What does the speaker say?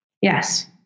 Yes